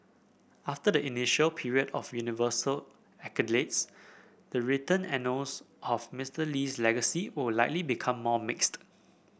after the initial period of universal accolades the written annals of Mister Lee's legacy will likely become more mixed